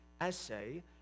essay